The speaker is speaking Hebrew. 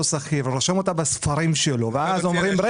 שכיר ורושם אותה בספרים שלו ואז אומרים,